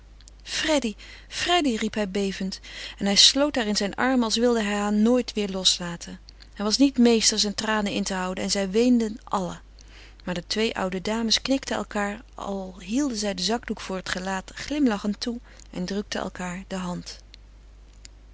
freddy riep hij bevend en hij sloot haar in zijn armen als wilde hij haar nooit weêr loslaten hij was niet meester zijn tranen in te houden en zij weenden allen maar de twee oude dames knikten elkaâr al hielden zij den zakdoek voor het gelaat glimlachend toe en drukten elkaâr de hand